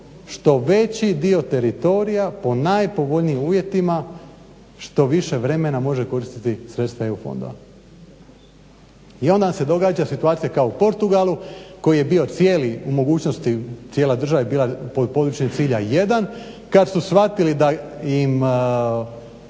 Što veći dio teritorija po najpovoljnijim uvjetima, što više vremena može koristiti sredstva EU fondova. I onda nam se događa situacija kao u Portugalu koji je bio cijeli u mogućnosti, cijela država je bila pod područjem cilja 1, kad su shvatili da im